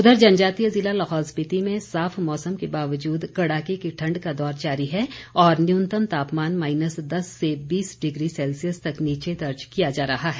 उधर जनजातीय जिला लाहौल स्पीति में साफ मौसम के बावजूद कड़ाके की ठंड का दौर जारी है और न्यूनतम तापमान माइनस दस से बीस डिग्री सेल्सियस तक नीचे दर्ज किया जा रहा है